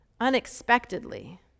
unexpectedly